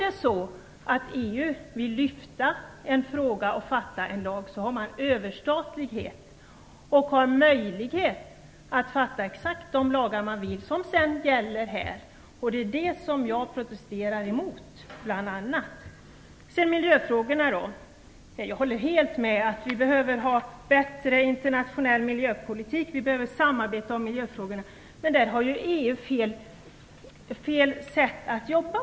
Men om EU vill lyfta upp en fråga genom att stifta en lag kan EU utnyttja sin överstatlighet och har möjlighet att stifta exakt de lagar som man önskar ha, och de kommer sedan att gälla här. Det är bl.a. det som jag protesterar mot. Vad gäller miljöfrågorna håller jag helt med om att vi behöver ha en bättre internationell miljöpolitik. Vi behöver samarbeta om miljöfrågorna. Men där har EU fel sätt att arbeta.